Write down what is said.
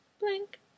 blink